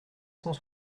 cent